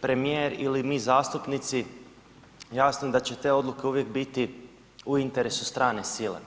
premijer ili mi zastupnici, jasno je da će te odluke uvijek biti u interesu strane sile.